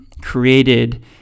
created